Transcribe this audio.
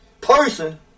person